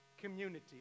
community